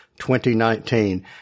2019